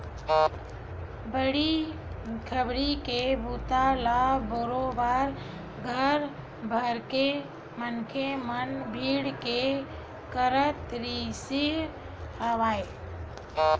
बाड़ी बखरी के बूता ल बरोबर घर भरके मनखे मन भीड़ के करत रिहिस हवय